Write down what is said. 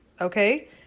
Okay